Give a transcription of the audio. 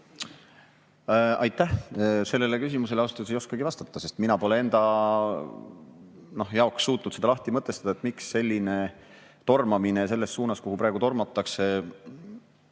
Aitäh! Sellele küsimusele ausalt öeldes ei oskagi vastata, sest mina pole enda jaoks suutnud seda lahti mõtestada, miks selline tormamine selles suunas, kuhu praegu tormatakse,